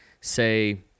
say